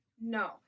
No